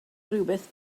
rywbeth